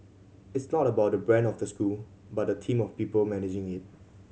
it's not about the brand of the school but the team of people managing it